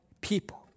people